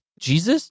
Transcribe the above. Jesus